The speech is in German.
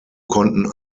konnten